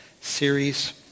series